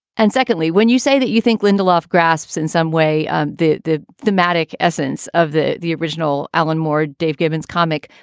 and secondly, when you say that you think lindelof grasps in some way um that the thematic essence of the the original alan moore, dave gibbons comic,